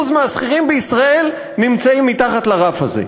מהשכירים בישראל נמצאים מתחת לרף הזה.